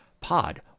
Pod